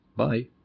Bye